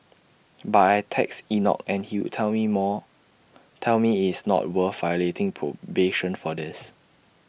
but I'd text Enoch and he'd tell me more tell me IT is not worth violating probation for this